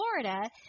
Florida